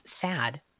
sad